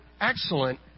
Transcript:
excellent